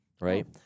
right